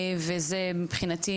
וזה מבחינתי,